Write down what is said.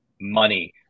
money